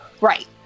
Right